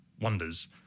wonders